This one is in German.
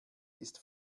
ist